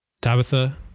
Tabitha